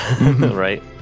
Right